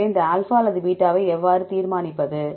எனவே இந்த ஆல்பா அல்லது பீட்டாவை எவ்வாறு தீர்மானிப்பது